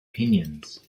opinions